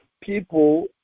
people